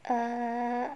err